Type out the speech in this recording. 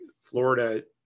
Florida